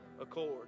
accord